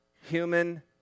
human